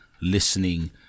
listening